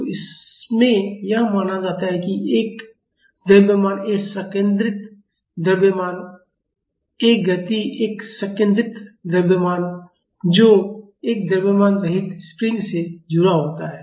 तो इसमें यह माना जाता है कि एक द्रव्यमान एक संकेंद्रित द्रव्यमान यह गति एक संकेंद्रित द्रव्यमान है जो एक द्रव्यमान रहित स्प्रिंग से जुड़ा होता है